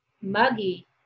muggy